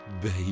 baby